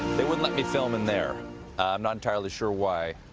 they wouldn't let me film in there. i'm not entirely sure why.